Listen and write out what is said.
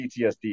PTSD